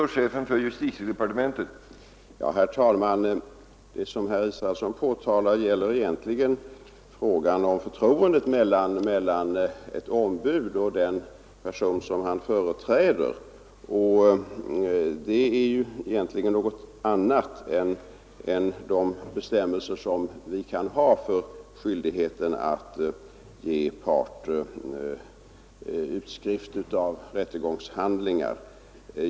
Herr talman! Det som herr Israelsson påtalar gäller egentligen frågan om förtroendet mellan ett ombud och den person som ombudet företräder. Det är ju egentligen någonting annat än de bestämmelser som vi kan ha för skyldigheten att ge part utskrift av rättegångshandlingar.